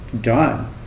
done